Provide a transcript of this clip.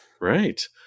Right